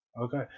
Okay